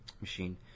machine